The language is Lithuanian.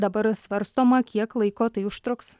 dabar svarstoma kiek laiko tai užtruks